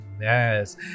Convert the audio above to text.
Yes